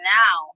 now